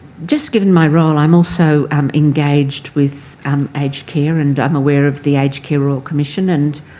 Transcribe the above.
just given my role, i'm also um engaged with um aged care and i'm aware of the aged care royal commission and,